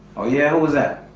oh yeah, who's that?